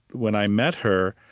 when i met her,